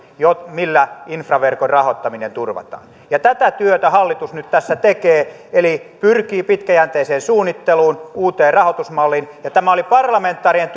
millä infraverkon rahoittaminen turvataan tätä työtä hallitus nyt tässä tekee eli pyrkii pitkäjänteiseen suunnitteluun uuteen rahoitusmalliin ja tämä oli parlamentaarinen